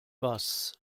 was